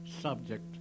subject